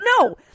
no